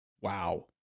Wow